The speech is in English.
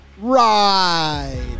ride